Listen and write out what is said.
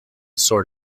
sort